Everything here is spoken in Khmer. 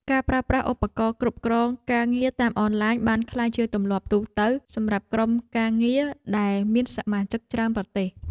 ការប្រើប្រាស់ឧបករណ៍គ្រប់គ្រងការងារតាមអនឡាញបានក្លាយជាទម្លាប់ទូទៅសម្រាប់ក្រុមការងារដែលមានសមាជិកច្រើនប្រទេស។